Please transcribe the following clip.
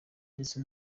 ndetse